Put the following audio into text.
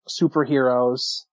superheroes